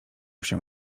się